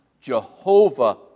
Jehovah